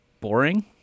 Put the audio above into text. boring